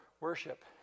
worship